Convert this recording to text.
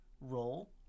role